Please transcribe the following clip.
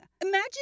Imagine